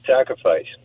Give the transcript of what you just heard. sacrifice